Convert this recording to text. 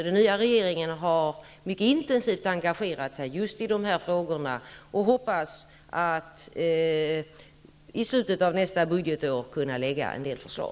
Den nya regeringen har intensivt engagerat sig i dessa frågor och hoppas att i slutet av nästa budgetår kunna lägga fram en del förslag.